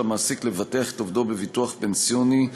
המעסיק לבטח את עובדו בביטוח פנסיוני,